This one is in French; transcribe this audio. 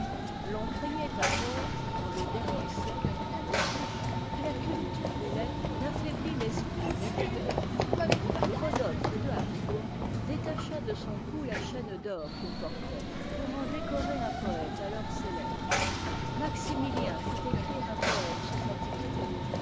l'on craignait à tort dans le dernier siècte en autriche que la culture des lettres n'affaiblit l'esprit militaire rodolphe de habsbourg détacha de son cou fa chaîne d'or qu'il portait pour en décorer un poëte ators cétèbre maximi ien lit écrire un pbëme sous sa dictée